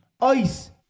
Ice